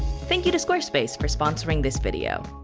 thank you to squarespace for sponsoring this video.